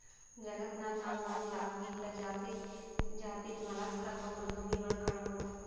ಜಗತ್ತನಾಗ್ ನಾವ್ ಒಂದ್ ಲಾಕ್ಗಿಂತಾ ಜಾಸ್ತಿ ಜಾತಿದ್ ಮಲಸ್ಕ್ ಅಥವಾ ಮೃದ್ವಂಗಿಗೊಳ್ ಕಾಣಬಹುದ್